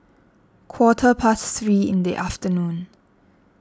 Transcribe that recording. quarter past three in the afternoon